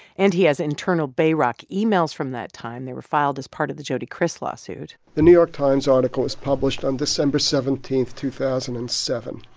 and he has internal bayrock emails from that time. they were filed as part of the jody kriss lawsuit the new york times article was published on december seventeen, two thousand and seven.